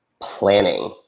planning